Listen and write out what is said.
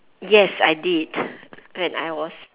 yes I did when I was